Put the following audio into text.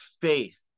faith